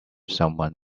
someone